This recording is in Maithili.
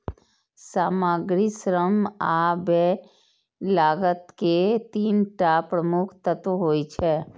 सामग्री, श्रम आ व्यय लागत के तीन टा प्रमुख तत्व होइ छै